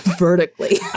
vertically